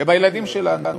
הם הילדים שלנו.